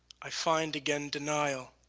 i find again denial,